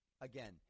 again